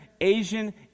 Asian